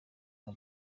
nka